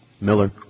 Miller